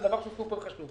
וזה דבר סופר חשוב.